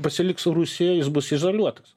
pasiliks rusijoj jis bus izoliuotas